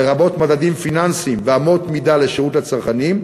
לרבות מדדים פיננסיים ואמות מידה לשירות לצרכנים,